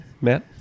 matt